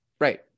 right